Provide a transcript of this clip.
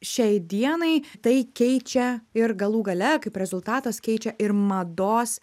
šiai dienai tai keičia ir galų gale kaip rezultatas keičia ir mados